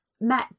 met